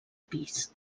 pis